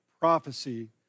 prophecy